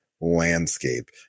landscape